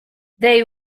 they